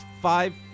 five